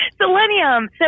Selenium